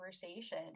conversation